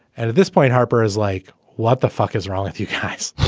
and at this point, harper is like, what the fuck is wrong with you guys?